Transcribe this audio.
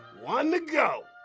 one to go.